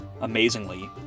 Amazingly